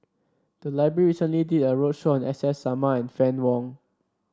the library recently did a roadshow on S S Sarma and Fann Wong